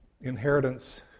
inheritance